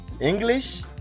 English